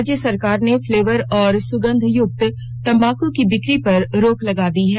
राज्य सरकार ने फ्लेवर और सुगंध युक्त तंबाकू की बिक्री पर रोक लगा दी है